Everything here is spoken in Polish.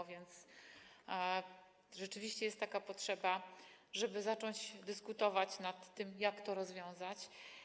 A więc rzeczywiście jest taka potrzeba, żeby zacząć dyskutować nad tym, jak to rozwiązać.